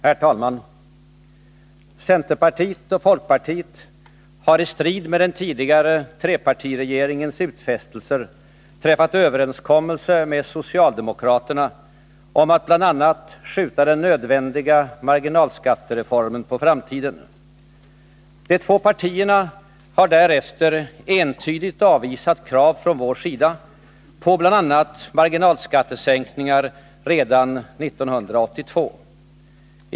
Herr talman! Centerpartiet och folkpartiet har, i strid med den tidigare trepartiregeringens utfästelser, träffat överenskommelse med socialdemokraterna om att bl.a. skjuta den nödvändiga marginalskattereformen på framtiden. De två partierna har därefter entydigt avvisat krav från vår sida på bl.a. marginalskattesänkningar redan 1982.